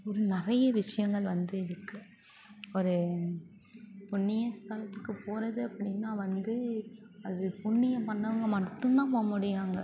ஒரு நிறைய விஷயங்கள் வந்து இருக்குது ஒரு புண்ணிய ஸ்தலத்துக்குப் போகிறது அப்படினா வந்து அது புண்ணியம் பண்ணவங்க மட்டுந்தான் போக முடியும் அங்கே